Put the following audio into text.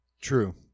True